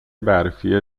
برفی